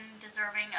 deserving